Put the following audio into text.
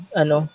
ano